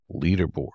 Leaderboard